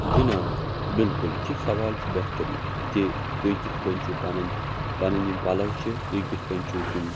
جِناب بِلکُل یہِ سَوال چھِ بہتری تہِ تُہۍ کِتھ کٔنۍ چھُو پَنٕنۍ پَنٕنۍ یِم پَلو چھِ تُہۍ کِتھ کٔنۍ چھُو تِم